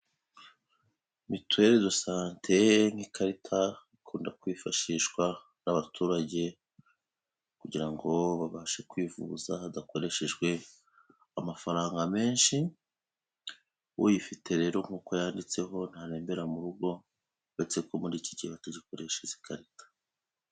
Miyuwele do sante ni ikarita ikunda kwifashishwa n'abaturage kugira ngo babashe kwivuza hadakoreshejwe amafaranga menshi, uyifite rero nk'uko yanditseho ntarembera mu rugo uretse ko muri iki gihe batagikoresha izi karita.